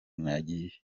nagiye